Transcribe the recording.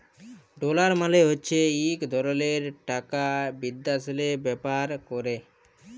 dollar মালে হছে ইক ধরলের টাকা বিদ্যাশেল্লে ব্যাভার ক্যরে